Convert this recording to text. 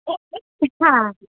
হ্যাঁ